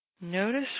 notice